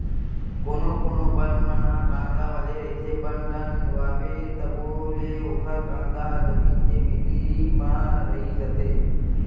कोनो कोनो बन मन ह कांदा वाला रहिथे, बन ल निंदवाबे तभो ले ओखर कांदा ह जमीन के भीतरी म रहि जाथे